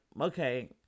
okay